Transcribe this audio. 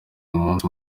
umunsi